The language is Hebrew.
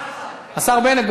השר בנט,